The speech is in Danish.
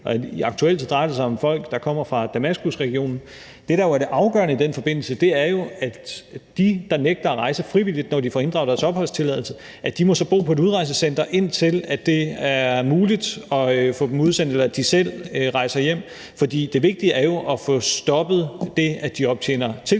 – aktuelt drejer det sig om folk, der kommer fra Damaskusregionen – men det, man jo kan sige der på bundlinjen er det afgørende i den forbindelse, er, at de, der nægter at rejse frivilligt, når de får inddraget deres opholdstilladelse, må bo på et udrejsecenter, indtil det er muligt at få dem udsendt eller de selv rejser hjem. Det vigtige er jo at få stoppet det, at de optjener tilknytning